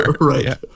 Right